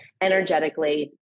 energetically